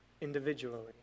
individually